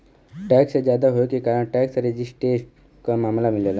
tax जादा होये के कारण टैक्स रेजिस्टेंस क मामला मिलला